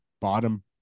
bottom